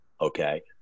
okay